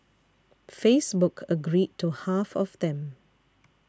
Facebook agreed to half of them